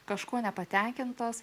kažkuo nepatenkintos